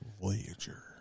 voyager